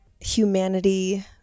humanity